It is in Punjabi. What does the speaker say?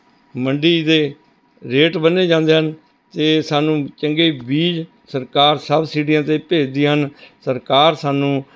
ਮੰਡੀ ਦੇ ਰੇਟ ਬੰਨ੍ਹੇ ਜਾਂਦੇ ਹਨ ਅਤੇ ਸਾਨੂੰ ਚੰਗੇ ਬੀਜ ਸਰਕਾਰ ਸਬਸਿਡੀਆਂ 'ਤੇ ਭੇਜਦੀ ਹਨ ਸਰਕਾਰ ਸਾਨੂੰ